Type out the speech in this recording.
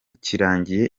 kirangiye